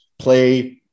Play